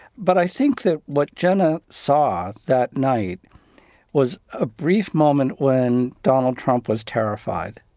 but i think that what jenna saw that night was a brief moment when donald trump was terrified.